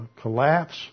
collapse